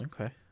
Okay